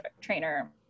trainer